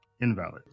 invalid